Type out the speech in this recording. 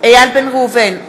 איל בן ראובן,